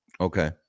Okay